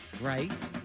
Right